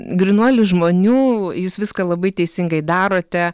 grynuolis žmonių jūs viską labai teisingai darote